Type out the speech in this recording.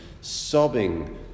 sobbing